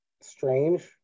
Strange